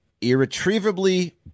irretrievably